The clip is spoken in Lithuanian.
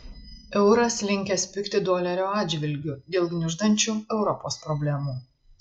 euras linkęs pigti dolerio atžvilgiu dėl gniuždančių europos problemų